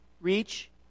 Reach